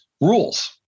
rules